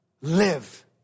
live